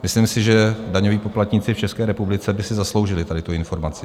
Myslím si, že daňoví poplatníci v České republice by si zasloužili tady tu informaci.